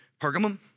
Pergamum